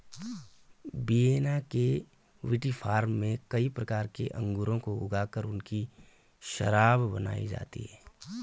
Vienna के विटीफार्म में कई प्रकार के अंगूरों को ऊगा कर उनकी शराब बनाई जाती है